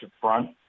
front